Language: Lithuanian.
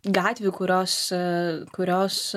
gatvių kurios kurios